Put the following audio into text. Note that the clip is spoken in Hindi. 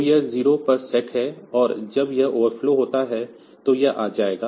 तो यह 0 पर सेट है और जब यह ओवरफ्लो होता है तो यह आ जाएगा